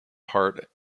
part